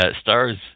stars